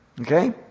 Okay